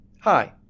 Hi